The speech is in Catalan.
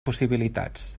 possibilitats